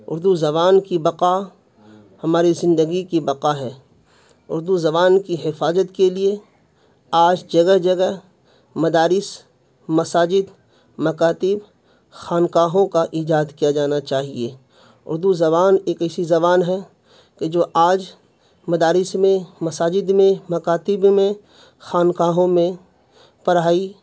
اردو زبان کی بقا ہماری زندگی کی بقا ہے اردو زبان کی حفاظت کے لیے آج جگہ جگہ مدارس مساجد مکاتب خانقاہوں کا ایجاد کیا جانا چاہیے اردو زبان ایک ایسی زبان ہے کہ جو آج مدارس میں مساجد میں مکاتب میں خانقاہوں میں پڑھائی